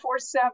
24-7